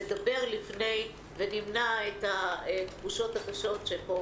נדבר לפני ונמנע את התחושות הקשות שפה